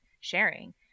sharing